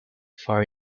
far